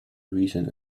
reason